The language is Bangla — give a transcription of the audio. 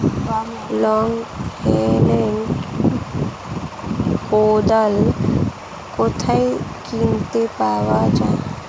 লং হেন্ড কোদাল কোথায় কিনতে পাওয়া যায়?